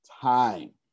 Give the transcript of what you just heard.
time